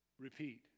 Repeat